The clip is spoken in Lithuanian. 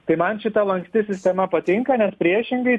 tai man šita lanksti sistema patinka nes priešingai